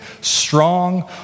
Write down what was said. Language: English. strong